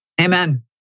Amen